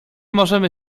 możemy